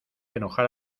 enojar